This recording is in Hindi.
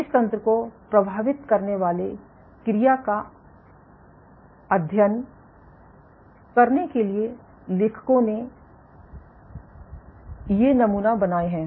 इस तंत्र को प्रभावित करने वाले क्रियाविधि का अध्ययन करने के लिए लेखकों ने ये नमूना बनाए हैं